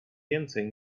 więcej